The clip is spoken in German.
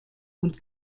und